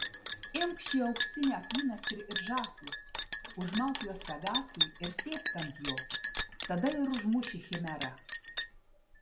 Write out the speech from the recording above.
imk šį auksinį apynasrį ir žąslus užmauk juos pegasui ir sėsk ant jo tada ir užmuši chimerą